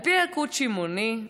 על פי ילקוט שמעוני,